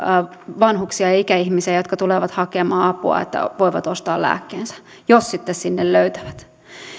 vanhuksia ja ikäihmisiä jotka tulevat hakemaan apua että voivat ostaa lääkkeensä jos sitten sinne löytävät